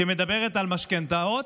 שמדברת על משכנתאות.